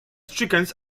chickens